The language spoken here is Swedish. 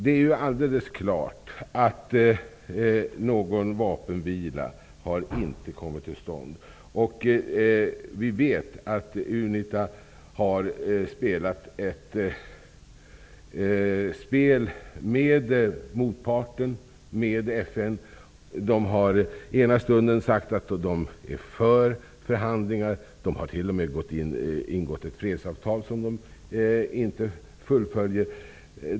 Det är helt klart att det inte har kommit till stånd någon vapenvila. Vi vet att UNITA har spelat ett spel med motparten, med FN. Man har sagt att man är för förhandlingar. Man har t.o.m. ingått ett fredsavtal som man inte fullföljer.